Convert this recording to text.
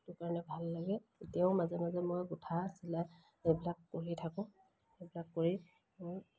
সেইটো কাৰণে ভাল লাগে এতিয়াও মাজে মাজে মই গোঁঠা চিলাই এইবিলাক কৰি থাকোঁ সেইবিলাক কৰি মোৰ